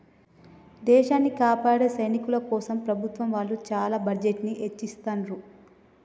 దేశాన్ని కాపాడే సైనికుల కోసం ప్రభుత్వం వాళ్ళు చానా బడ్జెట్ ని ఎచ్చిత్తండ్రు